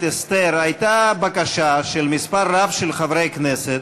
אסתר הייתה בקשה של מספר רב של חברי כנסת,